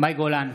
מאי גולן,